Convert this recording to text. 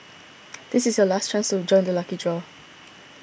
this is your last chance to join the lucky draw